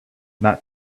not